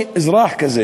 כזה,